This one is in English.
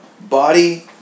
Body